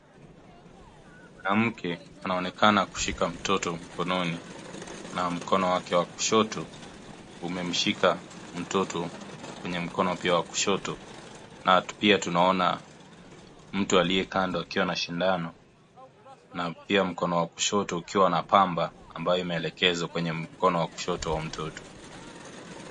Mwanamke anaonekana kushika mtoto mkononi na mkono wake wa kushoto umemshika mtoto kwenye mkono pia wa kushoto na pia tunaona mtu aliye kando akiwa na shindano na pia mkono wa kushoto ukiwa na pamba ambayo imeelekezwa kwenye mkono wa kushoto wa mtoto.